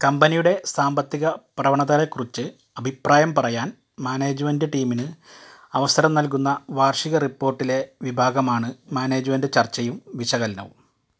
കമ്പനിയുടെ സാമ്പത്തിക പ്രവണതകളെ കുറിച്ച് അഭിപ്രായം പറയാൻ മാനേജ്മെൻറ് ടീമിന് അവസരം നൽകുന്ന വാർഷിക റിപ്പോർട്ടിലെ വിഭാഗമാണ് മാനേജ്മെൻറ് ചർച്ചയും വിശകലനവും